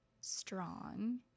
strong